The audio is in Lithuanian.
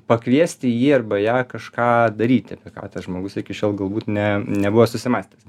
pakviesti jį arba ją kažką daryti apie ką žmogus iki šiol galbūt ne nebuvo susimąstęs